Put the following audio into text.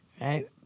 right